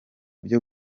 byo